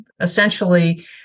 essentially